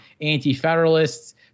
anti-federalists